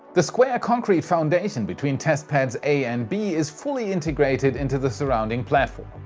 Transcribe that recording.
the square concrete foundation between test pads a and b is fully integrated into the surrounding platform.